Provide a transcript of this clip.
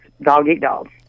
dog-eat-dog